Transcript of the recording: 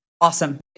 awesome